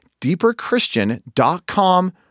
deeperchristian.com